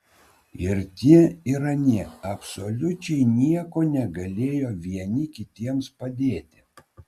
ir tie ir anie absoliučiai nieko negalėjo vieni kitiems padėti